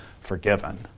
forgiven